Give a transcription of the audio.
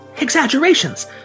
Exaggerations